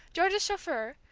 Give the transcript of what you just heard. george's chauffeur,